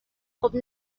خوب